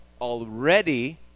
already